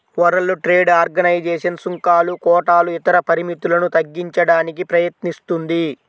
world trade organization సుంకాలు, కోటాలు ఇతర పరిమితులను తగ్గించడానికి ప్రయత్నిస్తుంది